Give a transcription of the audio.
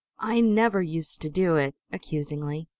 i never used to do it, accusingly,